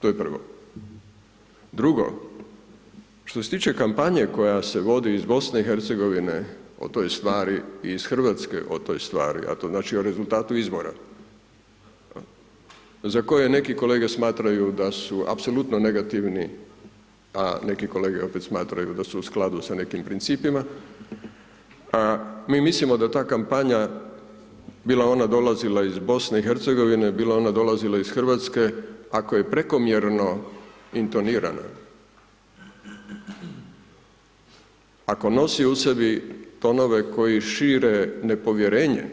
To je prvo, drugo, što se tiče kampanje koja se vodi iz BIH o toj stvari i Hrvatske o toj stvari, a to znači o rezultatu izbora, za koje neki kolege smatraju da su apsolutno negativni, a neki kolege opet smatraju da su u skladu s nekim principima, mi mislimo da ta kampanja, bila ona dolazila iz BIH, bila ona dolazila iz Hrvatske, ako je prekomjerno intonirana, ako nosi u sebi tonove koji šire nepovjerenje